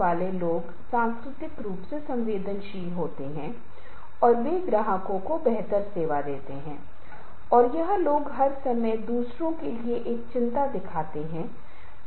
इसलिए जैसे कि हम उसे समझा सकते हैं या कि हाँ वह जो कुछ भी कर रहा है वह गलत है और वह ऐसा करने वाला नहीं है और जो आवश्यक है वह करने वाला है